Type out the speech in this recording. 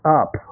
up